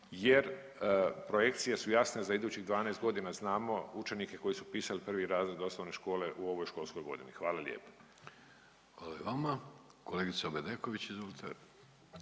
Jer projekcije su jasne za idućih 12 godina. Znamo učenike koji su upisali prvi razred osnovne škole u ovoj školskoj godini. Hvala lijepo. **Vidović, Davorko